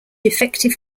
effective